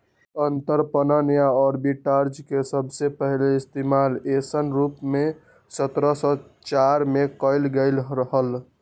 अंतरपणन या आर्बिट्राज के सबसे पहले इश्तेमाल ऐसन रूप में सत्रह सौ चार में कइल गैले हल